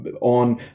on